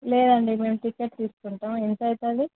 లేదండి మేము టిక్కెట్ తీసుకుంటాం ఎంత అవుతుంది